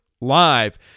Live